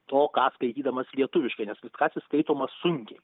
to ką skaitydamas lietuviškai nes vitkacis skaitomas sunkiai